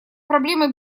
проблемой